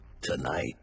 tonight